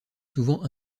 souvent